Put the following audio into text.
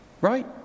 Right